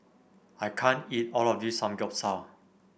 I can't eat all of this Samgyeopsal